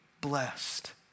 blessed